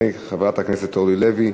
של חברת הכנסת אורלי לוי,